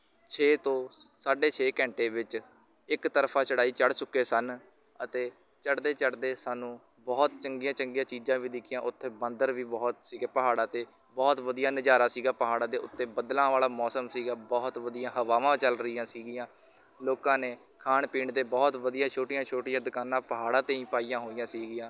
ਛੇ ਤੋਂ ਸਾਢੇ ਛੇ ਘੰਟੇ ਵਿੱਚ ਇੱਕ ਤਰਫਾ ਚੜ੍ਹਾਈ ਚੜ੍ਹ ਚੁੱਕੇ ਸਨ ਅਤੇ ਚੜ੍ਹਦੇ ਚੜ੍ਹਦੇ ਸਾਨੂੰ ਬਹੁਤ ਚੰਗੀਆਂ ਚੰਗੀਆਂ ਚੀਜ਼ਾਂ ਵੀ ਦਿਖੀਆਂ ਉੱਥੇ ਬਾਂਦਰ ਵੀ ਬਹੁਤ ਸੀਗੇ ਪਹਾੜਾਂ 'ਤੇ ਬਹੁਤ ਵਧੀਆ ਨਜ਼ਾਰਾ ਸੀਗਾ ਪਹਾੜਾਂ ਦੇ ਉੱਤੇ ਬੱਦਲਾਂ ਵਾਲਾ ਮੌਸਮ ਸੀਗਾ ਬਹੁਤ ਵਧੀਆ ਹਵਾਵਾਂ ਚੱਲ ਰਹੀਆਂ ਸੀਗੀਆਂ ਲੋਕਾਂ ਨੇ ਖਾਣ ਪੀਣ ਦੇ ਬਹੁਤ ਵਧੀਆ ਛੋਟੀਆਂ ਛੋਟੀਆਂ ਦੁਕਾਨਾਂ ਪਹਾੜਾਂ 'ਤੇ ਹੀ ਪਾਈਆਂ ਹੋਈਆਂ ਸੀਗੀਆਂ